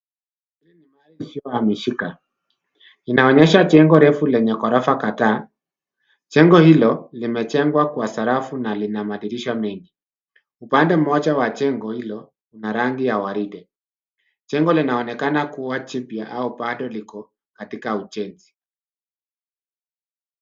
Mali isiyohamishika, inaonyesha jengo refu lenye ghorofa kadhaa. Jengo hilo limejengwa kwa sarafu na lina madirisha mengi. Upande mmoja wa jengo hilo lina rangi la waridi. Jengo linaonekana kuwa jipya au bado liko katika ujenzi.